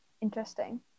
interesting